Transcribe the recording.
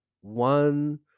one